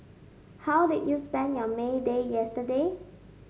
how did you spend your May Day yesterday